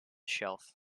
shelf